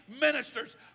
ministers